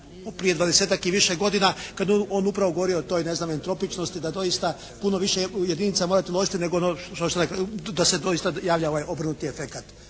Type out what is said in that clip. prije 20-ak i više godina kad on upravo govori o toj ne znam entropičnosti da dosita puno više će jedinica morati uložiti nego ono što se, da se doista javlja ovaj obrnuti efekat.